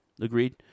Agreed